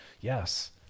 Yes